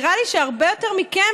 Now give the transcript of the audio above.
נראה לי שהרבה יותר מכם,